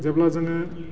जेब्ला जोङो